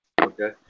Okay